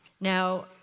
Now